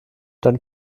dann